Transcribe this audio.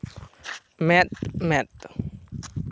ᱢᱮᱫ ᱢᱮᱫ